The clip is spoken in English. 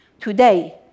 Today